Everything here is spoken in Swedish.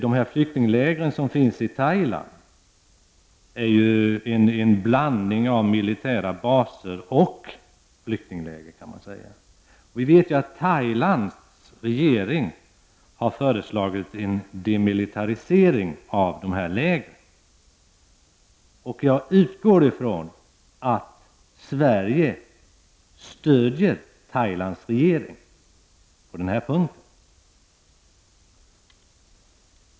De flyktingläger som finns i Thailand kan sägas vara en blandning av militära baser och flyktingläger. Vi vet att Thailands regering har föreslagit en demilitärisering av dessa läger. Jag utgår ifrån att Sveriges regering aktivt stödjer Thailands regering på den här punkten.